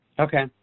Okay